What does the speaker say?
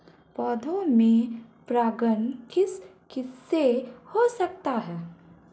पौधों में परागण किस किससे हो सकता है?